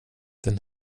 den